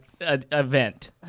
event